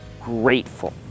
grateful